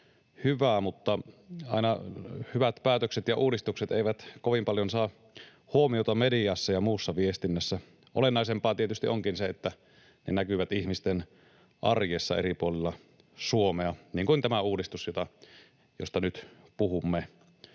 hyvää, mutta aina hyvät päätökset ja uudistukset eivät saa kovin paljon huomiota mediassa ja muussa viestinnässä. Olennaisempaa tietysti onkin se, että ne näkyvät ihmisten arjessa eri puolilla Suomea, niin kuin tämä uudistus, josta nyt puhumme.